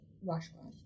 washcloth